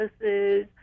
services